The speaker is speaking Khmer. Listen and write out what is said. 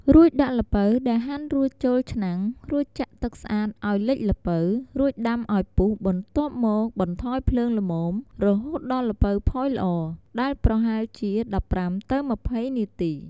រួចដាក់ល្ពៅដែលហាន់រួចចូលឆ្នាំង រួចចាក់ទឹកស្អាតឲ្យលិចល្ពៅ រួចដាំឲ្យពុះ បន្ទាប់មកបន្ថយភ្លើងល្មម រហូតដល់ល្ពៅផុយល្អ ដែលប្រហែលជា ១៥-២០ នាទី។